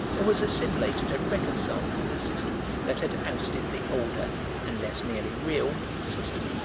or was assimilated and reconciled with the system that had ousted the older and less nearly real system.